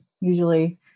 usually